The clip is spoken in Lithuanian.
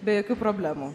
be jokių problemų